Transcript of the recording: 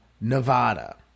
Nevada